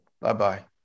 bye-bye